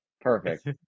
Perfect